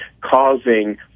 causing